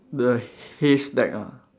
the haystack ah